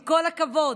עם כל הכבוד,